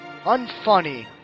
Unfunny